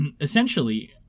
essentially